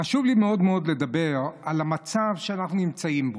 חשוב לי מאוד מאוד לדבר על המצב שאנחנו נמצאים בו.